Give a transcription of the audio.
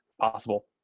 possible